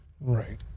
Right